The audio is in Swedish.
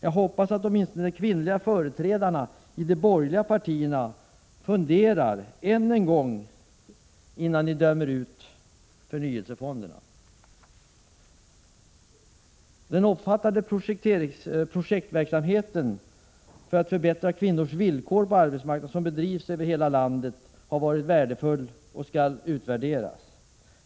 Jag hoppas att åtminstone de kvinnliga företrädarna i de borgerliga partierna funderar än en gång, innan de dömer ut förnyelsefonderna. 95 Den omfattande projektverksamhet som bedrivs över hela landet för att förbättra kvinnors villkor på arbetsmarknaden har varit värdefull och skall utvärderas.